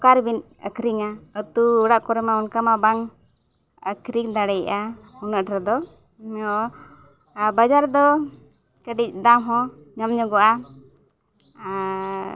ᱚᱠᱟ ᱨᱮᱵᱤᱱ ᱟᱠᱷᱨᱤᱧᱟ ᱟᱹᱛᱩ ᱚᱲᱟᱜ ᱠᱚᱨᱮ ᱢᱟ ᱚᱱᱠᱟ ᱢᱟ ᱵᱟᱝ ᱟᱠᱷᱨᱤᱧ ᱫᱟᱲᱮᱭᱟᱜᱼᱟ ᱩᱱᱟᱹᱜ ᱰᱷᱮᱨ ᱫᱚ ᱟᱨ ᱵᱟᱡᱟᱨ ᱫᱚ ᱠᱟᱹᱴᱤᱡ ᱫᱟᱢ ᱦᱚᱸ ᱧᱟᱢ ᱧᱚᱜᱚᱜᱼᱟ ᱟᱨ